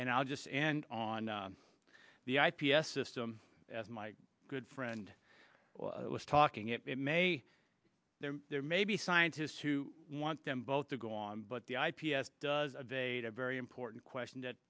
and i'll just and on the i p s system as my good friend was talking it may there may be scientists who want them both to go on but the i p s does a data very important question that